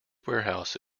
warehouse